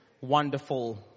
wonderful